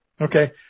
Okay